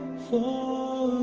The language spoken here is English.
full